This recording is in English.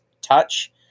touch